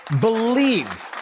believe